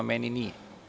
Meni nije.